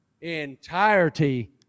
entirety